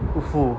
不服